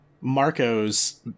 Marco's